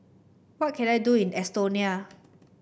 what can I do in Estonia